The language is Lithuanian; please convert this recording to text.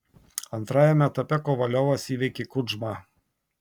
antrajame etape kovaliovas įveikė kudžmą